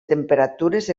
temperatures